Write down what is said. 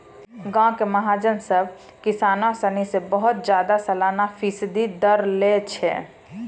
गांवो के महाजन सभ किसानो सिनी से बहुते ज्यादा सलाना फीसदी दर लै छै